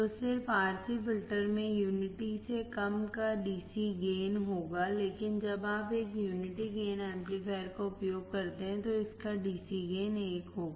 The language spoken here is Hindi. तो सिर्फ RC फ़िल्टर में यूनिटी से कम का DC गेन होगा लेकिन जब आप एक यूनिटी गेन एम्पलीफायर का उपयोग करते हैं तो इसका DC गेन 1 होगा